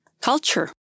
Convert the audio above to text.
culture